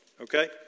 Okay